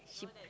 she